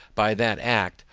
by that act,